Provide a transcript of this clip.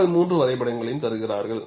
மக்கள் மூன்று வரைபடங்களையும் தருகிறார்கள்